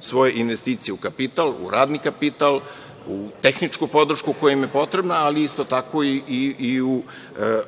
svoje investicije u kapital, u radni kapital, u tehničku podršku koja im je potrebna, ali isto tako i u